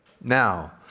Now